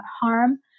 harm